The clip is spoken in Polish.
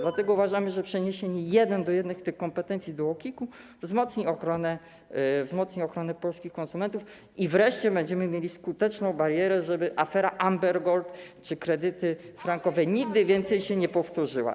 Dlatego uważamy, że przeniesienie jeden do jednego tych kompetencji do UOKiK-u wzmocni ochronę polskich konsumentów i wreszcie będziemy mieli skuteczną barierę, żeby afera Amber Gold czy kredyty frankowe nigdy więcej się nie powtórzyły.